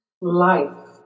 Life